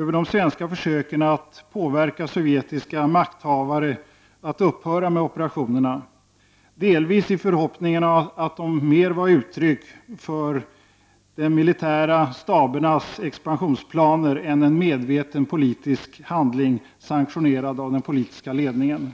av de svenska försöken att påverka sovjetiska makthavare att upphöra med operationerna, delvis i förhoppningen att de mer var ett uttryck för de militära stabernas expansionsplaner än en medveten politisk handling sanktionerad av den politiska ledningen.